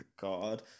god